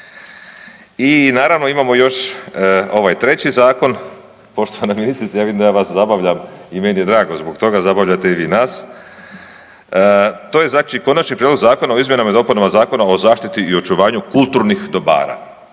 I naravno, imamo još ovaj treći zakon. Poštovana ministrice, ja vidim da ja vas zabavljam i meni je drago zbog toga, zabavljate i vi nas. To je znači, Konačni prijedlog zakona o izmjenama i dopunama Zakona o zaštiti i očuvanju kulturnih dobara.